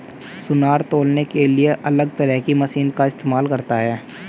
सुनार तौलने के लिए अलग तरह की मशीन का इस्तेमाल करता है